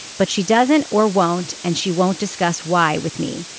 but she doesn't or won't and she won't discuss y with me.